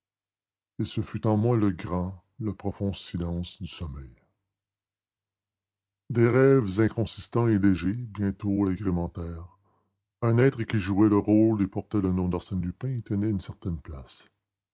et ce fut en moi le grand le profond silence du sommeil des rêves inconsistants et légers bientôt l'agrémentèrent un être qui jouait le rôle et portait le nom d'arsène lupin y tenait une certaine place